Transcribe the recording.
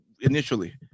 initially